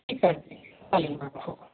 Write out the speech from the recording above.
ठीक आहे चालेल मॅडम हो